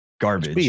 garbage